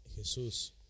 Jesús